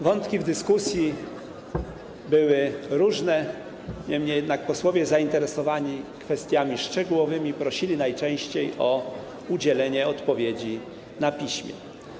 Wątki w dyskusji były różne, niemniej jednak posłowie zainteresowani kwestiami szczegółowymi prosili najczęściej o udzielenie odpowiedzi na piśmie.